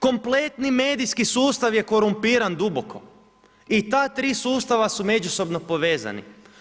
Kompletni medijski sustav je korumpiran duboko i ta 3 sustava su međusobno povezani.